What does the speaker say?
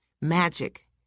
magic